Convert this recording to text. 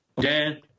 Dan